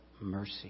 mercy